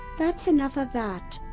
that's enough of that.